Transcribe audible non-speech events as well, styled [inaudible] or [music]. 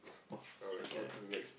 oh I get it [noise]